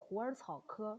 虎耳草科